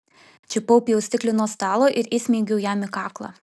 čiupau pjaustiklį nuo stalo ir įsmeigiau jam į kaklą